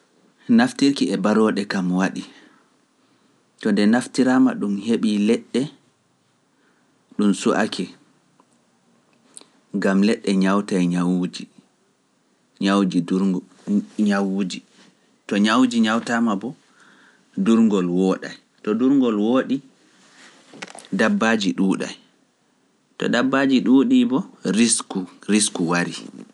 Naftirki e barooɗe kam waɗi, to nde naftiraama ɗum heɓii leɗɗe, ɗum su’ake, gam leɗɗe ñawta ñawuuji, to ñawuji ñawtaama bo, durngol wooɗay, to durngol wooɗi, dabbaaji ɗuuɗay, to dabbaaji ɗuuɗi bo, risku wari.